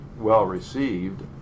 well-received